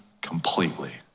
completely